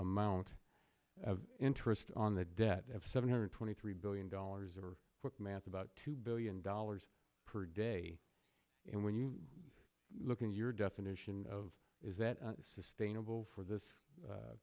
amount of interest on the debt of seven hundred twenty three billion dollars or with math about two billion dollars per day and when you look in your definition of is that sustainable for this